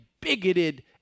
bigoted